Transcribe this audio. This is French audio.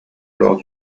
lors